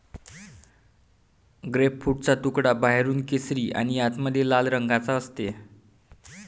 ग्रेपफ्रूटचा तुकडा बाहेरून केशरी आणि आतमध्ये लाल रंगाचा असते